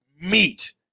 meat